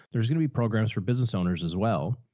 there's going to be programs for business owners as well.